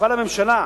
תוכל הממשלה,